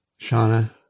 Shauna